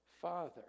father